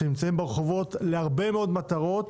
שנמצאים ברחובות להרבה מאוד מטרות,